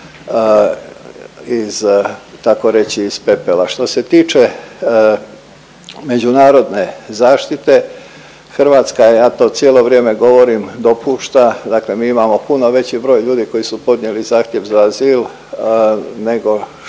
iz pepela. Što se tiče međunarodne zaštite Hrvatska ja to cijelo vrijeme govorim, dopušta dakle mi imamo puno veći broj ljudi koji su podnijeli zahtjev za azil nego što